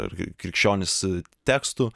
ar krikščionys tekstų